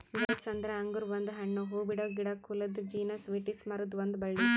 grapes ಅಂದುರ್ ಅಂಗುರ್ ಒಂದು ಹಣ್ಣು, ಹೂಬಿಡೋ ಗಿಡದ ಕುಲದ ಜೀನಸ್ ವಿಟಿಸ್ ಮರುದ್ ಒಂದ್ ಬಳ್ಳಿ